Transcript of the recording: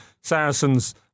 Saracens